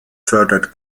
fördert